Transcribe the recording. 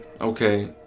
okay